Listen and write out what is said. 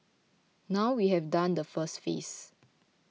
now we have done the first phase